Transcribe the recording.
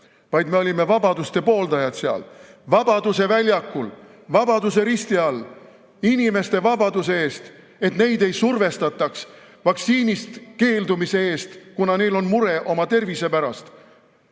vaid me olime vabaduste pooldajad seal Vabaduse väljakul Vabaduse risti all inimeste vabaduse eest, et neid ei survestataks vaktsiinist keeldumise pärast, kuna neil on mure oma tervise pärast,